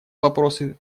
вопросы